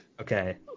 Okay